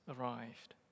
arrived